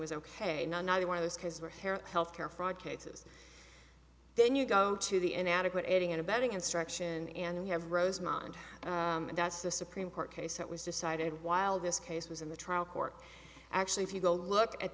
was ok neither one of those cars were hair healthcare fraud cases then you go to the inadequate aiding and abetting instruction and you have rosemont and that's the supreme court case that was decided while this case was in the trial court actually if you go look at